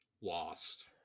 Lost